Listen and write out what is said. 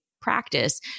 practice